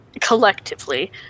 Collectively